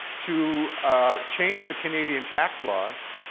to change the canadian tax laws.